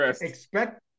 expect